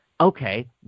Okay